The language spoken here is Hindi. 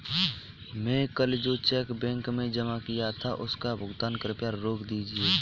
मैं कल जो चेक बैंक में जमा किया था उसका भुगतान कृपया रोक दीजिए